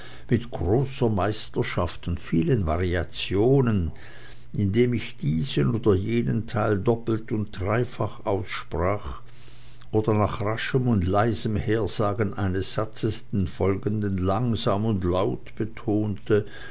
mit großer meisterschaft und vielen variationen indem ich diesen oder jenen teil doppelt und dreifach aussprach oder nach raschem und leisem hersagen eines satzes den folgenden langsam und laut betonte